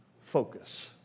focus